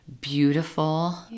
beautiful